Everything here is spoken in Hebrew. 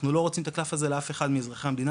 אנחנו לא רוצים את הקלף הזה לאף אחד מאזרחי המדינה.